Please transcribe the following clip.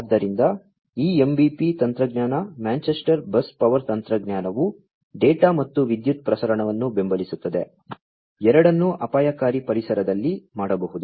ಆದ್ದರಿಂದ ಈ MBP ತಂತ್ರಜ್ಞಾನ ಮ್ಯಾಂಚೆಸ್ಟರ್ ಬಸ್ ಪವರ್ ತಂತ್ರಜ್ಞಾನವು ಡೇಟಾ ಮತ್ತು ವಿದ್ಯುತ್ ಪ್ರಸರಣವನ್ನು ಬೆಂಬಲಿಸುತ್ತದೆ ಎರಡನ್ನೂ ಅಪಾಯಕಾರಿ ಪರಿಸರದಲ್ಲಿ ಮಾಡಬಹುದು